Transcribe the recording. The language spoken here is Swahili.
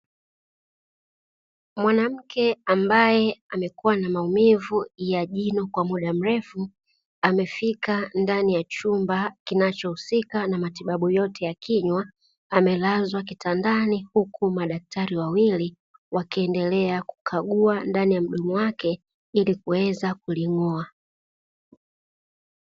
Mwanamke ambae amekuwa na maumivu ya jino kwa muda mrefu, amefika ndani ya chumba kinachohusika na matibabu yote ya kinywa amelazwa kitandani; huku madaktari wawili wakiendelea kukagua ndani ya mdomo wake ili kuweza kuling'oa.